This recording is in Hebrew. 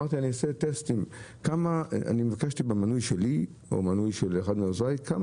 ביקשתי לדעת במנוי שלי או של אחד מעוזריי כמה